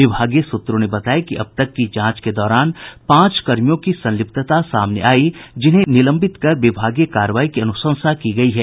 विभागीय सूत्रों ने बताया कि अब तक की जांच के दौरान पांच कर्मियों की संलिप्तता सामने आयी जिन्हें निलंबित कर विभागीय कार्रवाई की अनूशंसा की गयी है